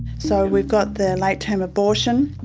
so we've got the late term abortion,